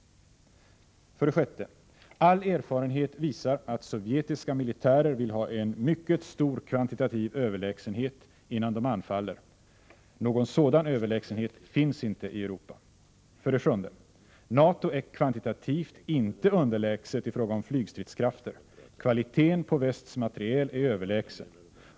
6. All erfarenhet visar att sovjetiska militärer vill ha en mycket stor kvantitativ överlägsenhet innan de anfaller. Någon sådan överlägsenhet finns inte i Europa. 7. NATO är kvantitativt inte underlägset i fråga om flygstridskrafter. Kvaliteten på västs materiel är överlägsen.